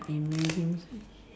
imagine